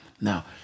Now